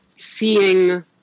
seeing